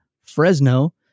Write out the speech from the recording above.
Fresno